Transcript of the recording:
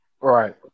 Right